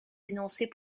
énoncés